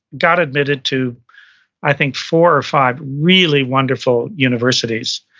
got admitted to i think four or five really wonderful universities.